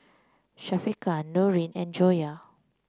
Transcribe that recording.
Syafiqah Nurin and Joyah